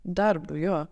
darbu jo